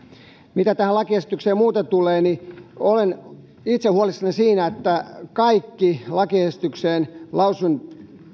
mitä tähän lakiesitykseen muuten tulee niin olen itse huolissani siitä että kaikki lakiesitykseen lausunnon